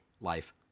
life